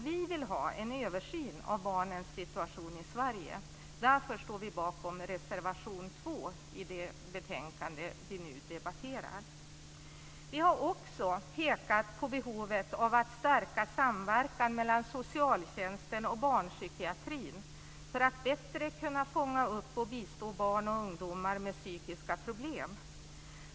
Vi vill ha en översyn av barnens situation i Sverige, och därför står vi bakom reservation 2 i det betänkande vi nu debatterar. Vi har också pekat på behovet av att stärka samverkan mellan socialtjänsten och barnpsykiatrin för att bättre kunna fånga upp och bistå barn och ungdomar med psykiska problem.